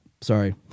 Sorry